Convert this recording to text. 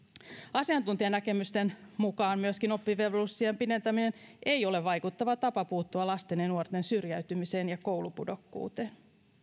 asiantuntijanäkemysten mukaan myöskään oppivelvollisuusiän pidentäminen ei ole vaikuttava tapa puuttua lasten ja nuorten syrjäytymiseen ja koulupudokkuuteen